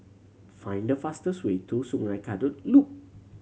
find the fastest way to Sungei Kadut Loop